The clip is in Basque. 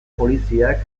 poliziak